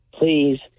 Please